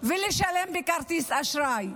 ולשלם בכרטיס אשראי.